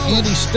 Andy